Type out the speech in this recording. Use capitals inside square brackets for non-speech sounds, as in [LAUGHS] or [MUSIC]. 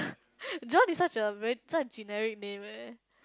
[LAUGHS] John is such a very such a generic name eh